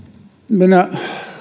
minä